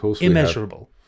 immeasurable